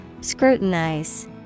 scrutinize